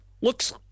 looks